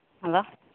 hello